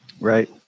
right